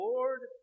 Lord